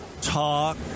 Talk